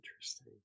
interesting